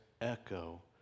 echo